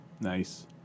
Nice